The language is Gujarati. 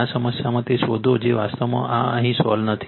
આ સમસ્યામાં તે શોધો જે વાસ્તવમાં આ અહીં સોલ્વ નથી